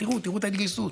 תראו את ההתגייסות.